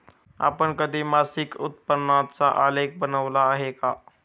आपण कधी मासिक उत्पन्नाचा आलेख बनविला आहे का?